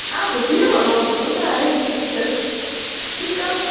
हा ॿुधी आहे मां ॿुधो त आहे सुठी अथसि ठीकु आहे